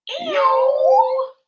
Ew